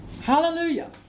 Hallelujah